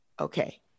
Okay